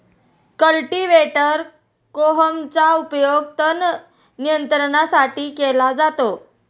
cultivator कोहमचा उपयोग तण नियंत्रणासाठी केला जातो